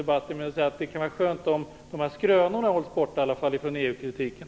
Men jag vill bara säga att det vore skönt om åtminstone skrönorna hålls borta från EU-kritiken.